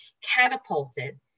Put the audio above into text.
catapulted